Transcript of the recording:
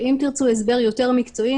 ואם תרצו הסבר יותר מקצועי,